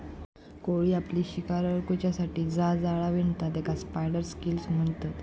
कोळी आपली शिकार अडकुच्यासाठी जा जाळा विणता तेकाच स्पायडर सिल्क म्हणतत